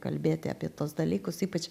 kalbėti apie tuos dalykus ypač